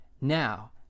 Now